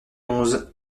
onze